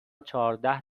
چهارده